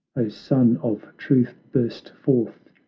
sun of truth, burst forth,